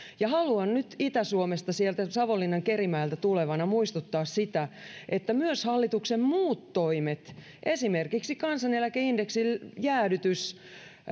haluan nyt itä suomesta sieltä savonlinnan kerimäeltä tulevana muistuttaa siitä että myös hallituksen muut toimet esimerkiksi kansaneläkeindeksin jäädytys